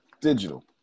digital